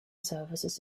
services